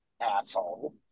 asshole